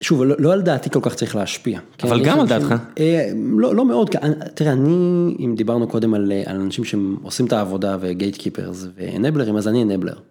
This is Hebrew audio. שוב, לא על דעתי כל כך צריך להשפיע. אבל גם על דעתך. לא מאוד, תראה, אני, אם דיברנו קודם על אנשים שעושים את העבודה וגייט קיפרס ואיינבלרים, אז אני איינבלר.